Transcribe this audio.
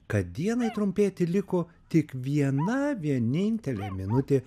kad dienai trumpėti liko tik viena vienintelė minutė